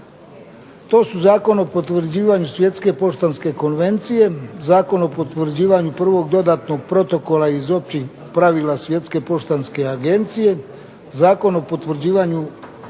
To su Zakon o potvrđivanju Svjetske poštanske konvencije, Zakon o potvrđivanju Prvog dodatnog protokola iz općih pravila Svjetske poštanske agencije, Zakon o potvrđivanju